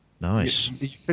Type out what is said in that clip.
nice